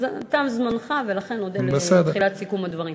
תם זמנך, ולכן אודה על תחילת סיכום הדברים.